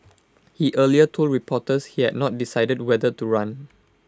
he earlier told reporters he had not decided whether to run